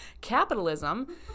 capitalism